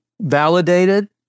validated